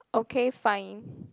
okay fine